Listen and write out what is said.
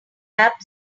app